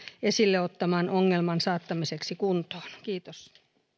esille ottaman ongelman saattamiseksi kuntoon kiitos arvoisa